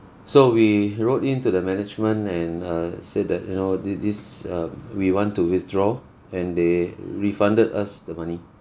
so we wrote in to the management and uh say that you know the this uh we want to withdraw and they refunded us the money